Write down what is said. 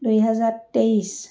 দুহেজাৰ তেইছ